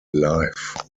life